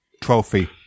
Trophy